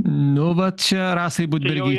nu va čia rasai budbergy